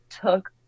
took